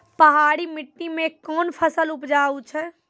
पहाड़ी मिट्टी मैं कौन फसल उपजाऊ छ?